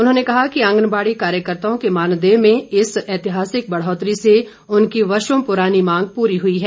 उन्होंने कहा कि आंगनबाड़ी कार्यकर्ताओं के मानदेय में इस ऐतिहासिक बढ़ौतरी से उनकी वर्षों पुरानी मांग पूरी हुई है